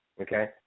okay